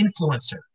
influencer